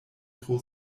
tro